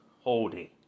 holding